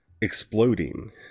exploding